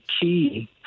key